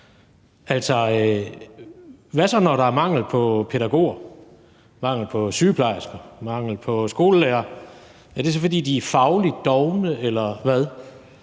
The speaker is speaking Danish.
hvad så, når der er mangel på pædagoger, mangel på sygeplejersker og mangel på skolelærere: Er det så, fordi de er fagligt dovne, eller hvad?